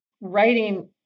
writing